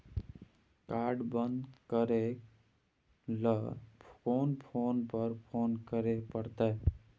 Card बन्द करे ल कोन नंबर पर फोन करे परतै?